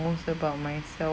about myself